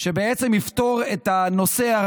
שבעצם יפתור את הנושא הזה,